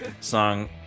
song